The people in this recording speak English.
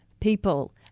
people